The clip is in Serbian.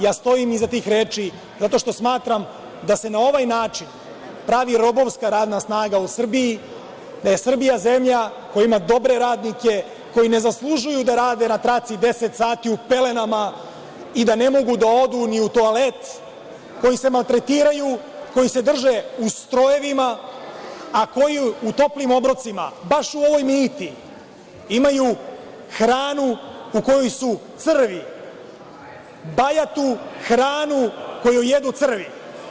Ja stojim iza tih reči zato što smatram da se na ovaj način pravi robovska radna snaga u Srbiji, da je Srbija zemlja koja ima dobre radnike, koji ne zaslužuju da rade na traci 10 sati u pelenama i da ne mogu da odu ni u toalet, koji se maltretiraju, koji se drže u strojevima, a koji u toplim obrocima, baš u ovoj „Mei ta“, imaju hranu u kojoj su crvi, bajatu hranu koju jedu crvi.